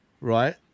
right